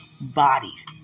bodies